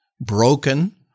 broken